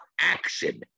action